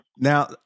Now